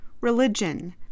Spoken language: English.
religion